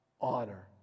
honor